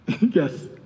Yes